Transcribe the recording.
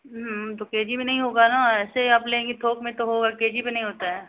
तो KG में नहीं होगा न ऐसे आप लेंगे थोक में तो होगा के जी पर नहीं होता है